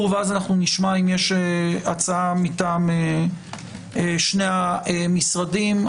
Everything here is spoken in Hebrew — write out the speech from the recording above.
ואז נשמע אם יש הצעה מטעם שני המשרדים.